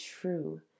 true